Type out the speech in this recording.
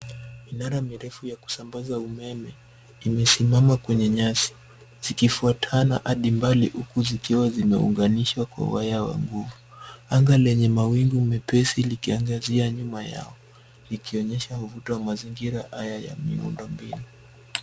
Minara mirefu ya kusambaza umeme imesimama kwenye nyasi zikifuatana hadi mbali huku zikiwa zimeunganishwa kwa waya wa nguvu. Anga lenye mawingu mepesi likiangazia nyuma yao likionyesha mvuto wa mazingira haya ya miundombinu.